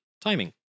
timing